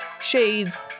shades